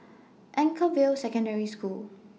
Anchorvale Secondary School